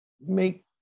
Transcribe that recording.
Make